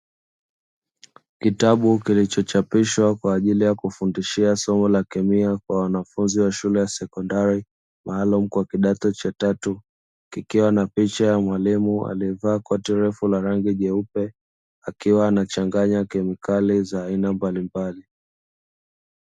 Kitabu kilichochapishwa kwa ajili ya kufundishia somo la kemia kwa wanafunzi wa shule ya sekondari maalumu kwa kidato cha tatu kikiwa na picha ya mwalimu aliyevaa koti refu la rangi jeupe akiwa anachanganya kemikali za aina mbalimbali.